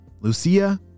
Lucia